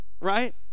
right